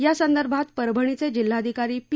या संदर्भात परभणीचे जिल्हाधिकारी पी